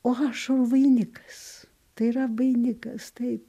o aš o vainikas tai yra vainikas taip